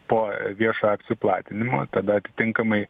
po viešo akcijų platinimo tada atitinkamai